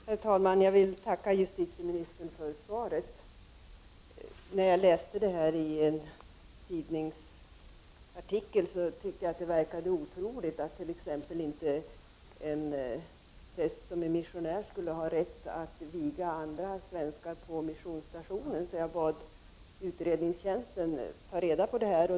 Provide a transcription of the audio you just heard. Herr talman! Jag vill tacka justitieministern för svaret. När jag läste det i en tidningsartikel tyckte jag det verkade otroligt att t.ex. en präst som är missionär inte skulle ha rätt att viga andra svenskar på missionsstationen. Jag bad därför utredningstjänsten att ta reda på det här.